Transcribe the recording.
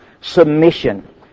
submission